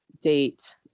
date